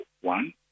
One